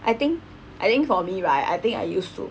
I think I think for me right I think I used to